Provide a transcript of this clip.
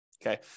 Okay